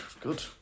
good